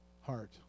heart